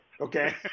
okay